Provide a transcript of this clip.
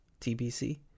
TBC